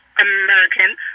american